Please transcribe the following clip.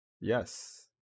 Yes